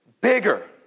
bigger